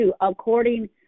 according